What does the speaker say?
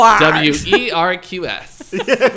W-E-R-Q-S